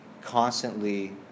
constantly